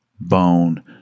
bone